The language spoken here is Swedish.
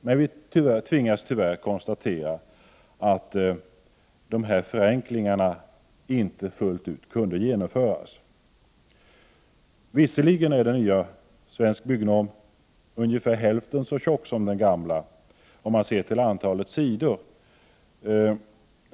Men vi tvingas tyvärr konstatera att förenklingarna inte kunnat genomföras fullt ut. Visserligen är den nya Svensk byggnorm ungefär hälften så tjock som den gamla, om man ser till antalet sidor.